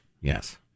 Yes